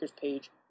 page